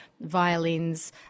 violins